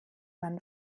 man